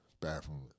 bathroom